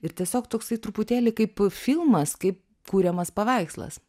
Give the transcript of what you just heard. ir tiesiog toksai truputėlį kaip filmas kaip kuriamas paveikslas